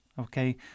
okay